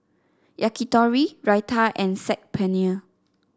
Yakitori Raita and Saag Paneer